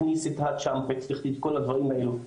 הכניס את כל הדברים האלו,